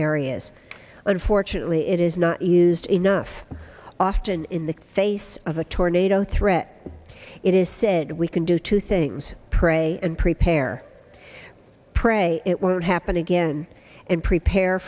areas unfortunately it is not used enough often in the face of a tornado threat it is said we can do two things pray and prepare pray it won't happen again and prepare